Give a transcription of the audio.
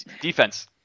defense